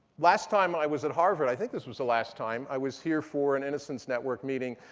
last time i was at harvard i think this was the last time i was here for an innocence network meeting.